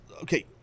okay